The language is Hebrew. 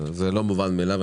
זה לא מובן מאליו.